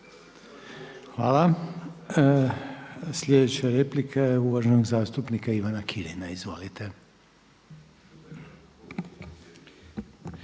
Hvala. Sljedeća replika je uvaženog zastupnika Ivana Kirina, izvolite.